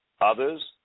Others